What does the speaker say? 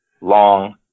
Long